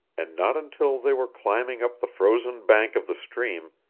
and not until they were climbing up the frozen bank of the stream,